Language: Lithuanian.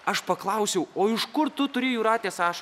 aš paklausiau o iš kur tu turi jūratės ašarą